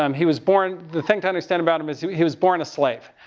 um he was born, the thing to understand about him is he, he was born a slave.